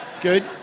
good